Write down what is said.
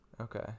Okay